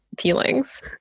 feelings